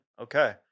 Okay